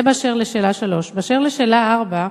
זה באשר לשאלה 3. באשר לשאלה 4,